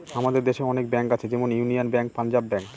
আমাদের দেশে অনেক ব্যাঙ্ক আছে যেমন ইউনিয়ান ব্যাঙ্ক, পাঞ্জাব ব্যাঙ্ক